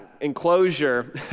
enclosure